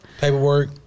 paperwork